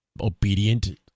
obedient